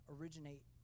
originate